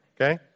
Okay